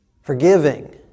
forgiving